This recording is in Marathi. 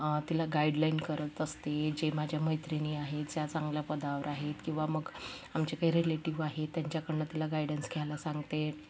तिला गाईडलाईन करत असते जे माझ्या मैत्रिणी आहे ज्या चांगल्या पदावर आहेत किंवा मग आमचे काही रेलेटिव्ह आहेत त्यांच्याकडून तिला गायडन्स घ्यायला सांगते